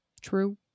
True